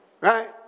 Right